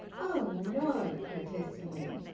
oh no! protestingly.